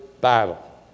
battle